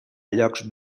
llocs